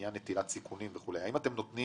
לעניין נטילת סיכונים.." האם אתם נותנים